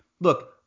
look